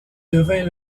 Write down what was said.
devint